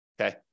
okay